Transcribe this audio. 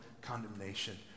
condemnation